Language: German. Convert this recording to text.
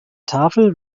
tafel